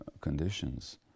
conditions